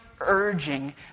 urging